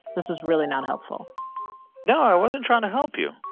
this was really not helpful no, i wasn't trying to help you